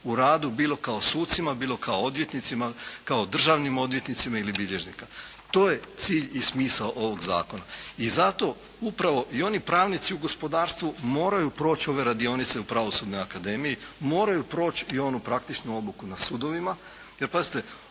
u radu bilo kao sucima, bilo kao odvjetnicima, kao državnim odvjetnicima ili bilježnika. To je cilj i smisao ovog zakona. I zato upravo i oni pravnici u gospodarstvu moraju proći ove radionice u Pravosudnoj akademiji. Moraju proći i onu praktičnu obuku na sudovima jer pazite